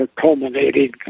culminating